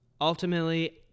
Ultimately